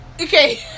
Okay